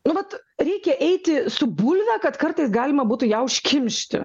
nu vat reikia eiti su bulve kad kartais galima būtų ją užkimšti